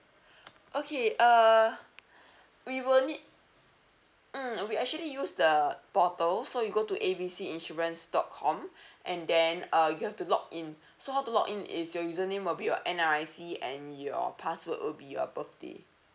okay err we will need mm we actually use the portal so you go to A B C insurance dot com and then uh you have to login so how to login is your user name will be your N_R_I_C and your password will be your birthday